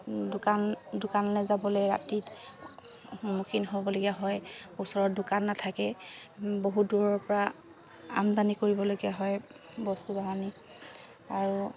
দোকান দোকানলৈ যাবলৈ ৰাতি সন্মুখীন হ'বলগীয়া হয় ওচৰত দোকান নাথাকে বহুত দূৰৰপৰা আমদানি কৰিবলগীয়া হয় বস্তু বাহনি আৰু